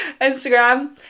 Instagram